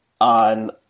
on